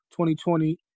2020